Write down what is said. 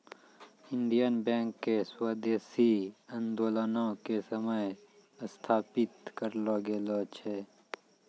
Indian bank के स्वदेशी आन्दोलनो के समय स्थापित करलो गेलो छै